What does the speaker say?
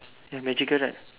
ya magical right